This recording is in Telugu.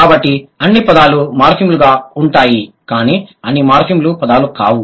కాబట్టి అన్ని పదాలు మార్ఫిమ్లుగా ఉంటాయి కానీ అన్ని మార్ఫిమ్లు పదాలు కావు